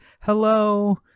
hello